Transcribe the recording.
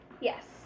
yes